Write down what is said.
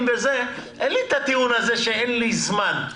אין לי את הטיעון הזה שאין לי זמן.